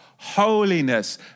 Holiness